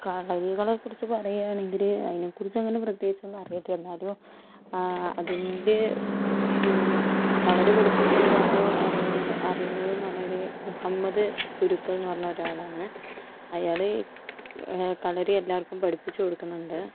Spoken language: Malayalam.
കളരികളെക്കുറിച്ച് പറയുകയാണെങ്കില് അതിനെക്കുറിച്ചങ്ങനെ പ്രത്യേകിച്ചൊന്നും അറിയത്തില്ല എന്നാലും അതില് കളരി പഠിപ്പിക്കുന്ന ഒരാളെ അറീ അറിയുന്നത് എന്ന് പറഞ്ഞാല് മുഹമ്മദ് ഗുരുക്കൾ എന്ന് പറഞ്ഞ ഒരാളാണ് അയാള് ഈ കളരി എല്ലാർക്കും പഠിപ്പിച്ചു കൊടുക്കുന്നുണ്ട്